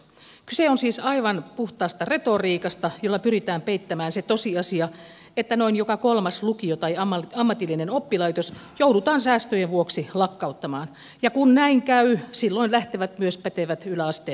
kyse on siis aivan puhtaasta retoriikasta jolla pyritään peittämään se tosiasia että noin joka kolmas lukio tai ammatillinen oppilaitos joudutaan säästöjen vuoksi lakkauttamaan ja kun näin käy silloin lähtevät myös pätevät yläasteiden opettajat